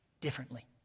differently